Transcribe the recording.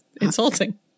insulting